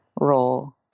role